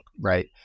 right